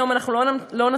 היום אנחנו לא נצביע,